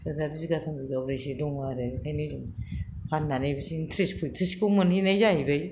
बेफोरो बिगाथाम बिगाब्रैसो दङ आरो ओंखायनो जों फाननानै बिदिनो त्रिस पयत्रिसखौ मोनोहैनाय जाहैबाय